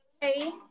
Hey